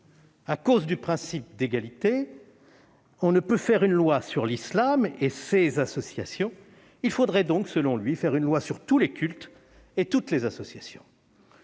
à cause du principe d'égalité, on ne peut faire une loi sur l'islam et ses associations. Il faudrait donc, selon lui, faire une loi sur tous les cultes et sur toutes les associations.